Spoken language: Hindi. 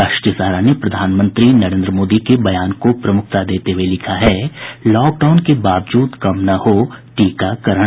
राष्ट्रीय सहारा ने प्रधानमंत्री नरेन्द्र मोदी के बयान को प्रमुखता देते हुए लिखा है लॉकडाउन के बावजूद कम न हो टीकाकरण